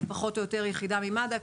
ופחות או יותר גם לאותה יחידה במד"א.